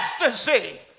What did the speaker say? ecstasy